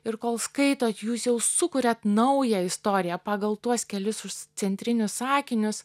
ir kol skaitot jūs jau sukuriat naują istoriją pagal tuos kelis centrinius sakinius